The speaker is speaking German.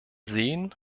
sehen